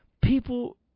People